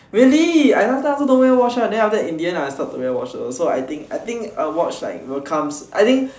really I last time also don't wear watch one so then after that in the end I think I think a watch will come I think